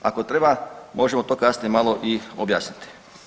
Ako treba možemo to kasnije malo i objasniti.